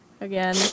again